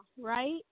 right